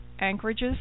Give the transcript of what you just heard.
anchorages